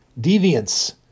deviance